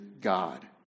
God